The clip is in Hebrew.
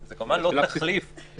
זה כמובן לא תחליף להכרזה.